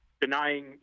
denying